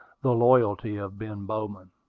the loyalty of ben bowman.